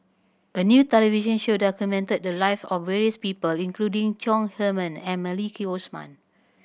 a new television show documented the live of various people including Chong Heman and Maliki Osman